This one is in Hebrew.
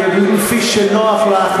כפי שנוח לך,